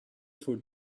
for